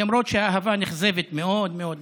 למרות שהאהבה נכזבת מאוד מאוד מאוד.